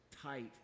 tight